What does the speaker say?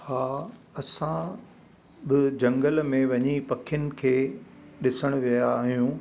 हा असां डू झंगल में वञी पखियुनि खे ॾिसणु विया आहियूं